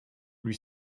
lui